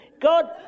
God